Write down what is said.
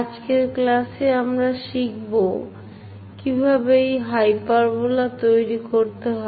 আজকের ক্লাসে আমরা শিখবো কিভাবে একটি হাইপারবোলা তৈরি করতে হয়